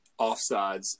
offsides